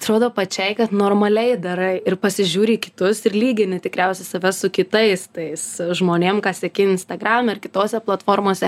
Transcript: atrodo pačiai kad normaliai darai ir pasižiūri į kitus ir lygini tikriausiai save su kitais tais žmonėm ką seki instagrame ar kitose platformose